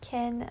can